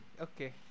Okay